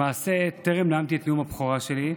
למעשה טרם נאמתי את נאום הבכורה שלי,